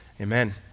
amen